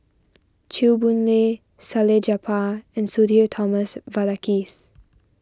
Chew Boon Lay Salleh Japar and Sudhir Thomas Vadaketh